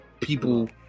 people